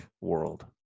world